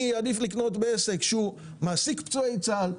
אני אעדיף לקנות בעסק שהוא מעסיק פצועי צה"ל,